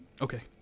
Okay